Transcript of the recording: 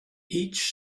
each